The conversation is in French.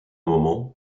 moment